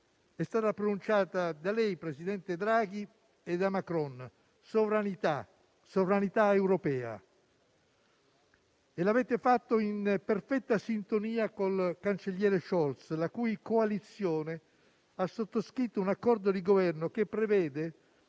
è stata pronunciata da lei, presidente Draghi, e da Macron: sovranità, sovranità europea. L'avete fatto in perfetta sintonia con il cancelliere Scholz, la cui coalizione ha sottoscritto un accordo di Governo che prevede